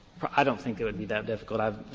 i don't think it would be that difficult. i